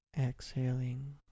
Exhaling